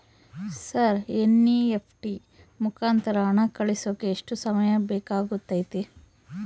Sir NEFT ಮುಖಾಂತರ ಹಣ ಕಳಿಸೋಕೆ ಎಷ್ಟು ಸಮಯ ಬೇಕಾಗುತೈತಿ?